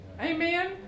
Amen